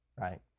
right